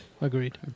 Agreed